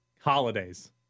holidays